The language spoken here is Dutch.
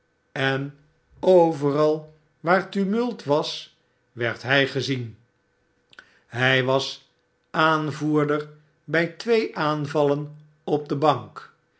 en overal waar tumult was werd hij gezien hij was aanvoerder bij twee aanvallen op de bank